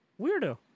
Weirdo